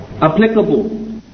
applicable